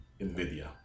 NVIDIA